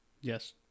Yes